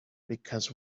because